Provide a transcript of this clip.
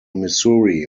missouri